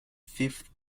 fifth